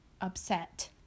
upset